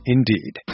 Indeed